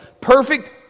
perfect